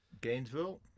Gainesville